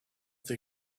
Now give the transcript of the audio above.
they